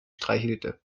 streichelte